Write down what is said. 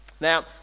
Now